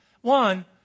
One